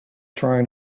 trying